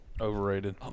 Overrated